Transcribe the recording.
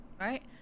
right